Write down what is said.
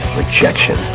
rejection